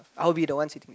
I'll be the one sitting